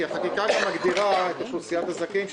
כי החקיקה גם מגדירה את אוכלוסיית הזכאים,